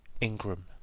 Ingram